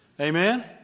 Amen